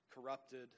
corrupted